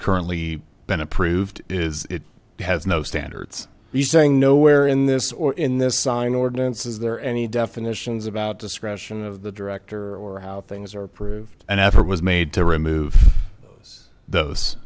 currently been approved is it has no standards you saying no where in this or in this sign ordinance is there any definitions about discretion of the director or how things are approved an effort was made to remove those